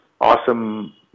awesome